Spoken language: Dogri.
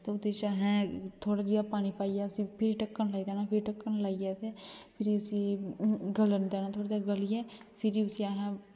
ते फिर असें उसी थोह्ड़ा जेहा पानी पाइयै फिर ढक्कन देई ओड़ना ते ढक्कन देइयै ते फिर उसी गलन देना ते गलियै ते फिर उसी असें